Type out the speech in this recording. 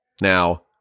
now